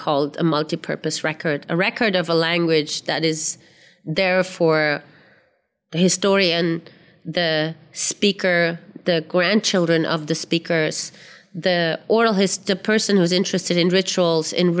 called a multi purpose record a record of a language that is there for the historian the speaker the grandchildren of the speakers the oral his the person who's interested in rituals